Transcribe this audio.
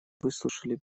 выслушали